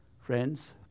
Friends